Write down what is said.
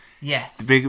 Yes